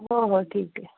हो हो ठीक आहे